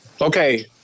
Okay